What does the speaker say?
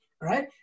right